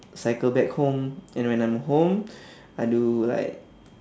cycle back home and when I'm home I do like